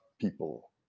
people